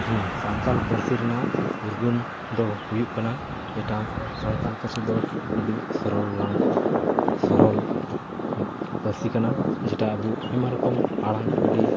ᱥᱟᱱᱛᱟᱲ ᱯᱟᱹᱨᱥᱤ ᱨᱮᱱᱟᱜ ᱩᱨᱜᱟᱹᱱ ᱫᱚ ᱦᱩᱭᱩᱜ ᱠᱟᱱᱟ ᱢᱤᱫᱴᱟᱝ ᱥᱟᱱᱛᱟᱲ ᱯᱟᱹᱨᱥᱤ ᱫᱚ ᱟᱹᱰᱤ ᱥᱚᱨᱚᱞᱟ ᱥᱚᱨᱚᱞ ᱯᱟᱹᱨᱥᱤ ᱠᱟᱱᱟ ᱡᱮᱴᱟ ᱟᱹᱵᱩ ᱟᱭᱢᱟ ᱨᱚᱠᱚᱢ ᱟᱲᱟᱝ ᱟᱹᱰᱤ